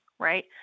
Right